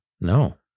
No